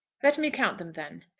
let me count them then.